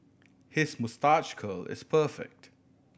his moustache curl is perfect